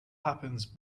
happens